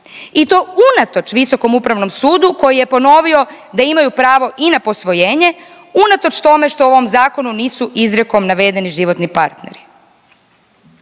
i to unatoč Visokom upravnom sudu koji je ponovio da imaju pravo i na posvojenje unatoč tome što u ovom zakonu nisu izrijekom navedeni životni partneri.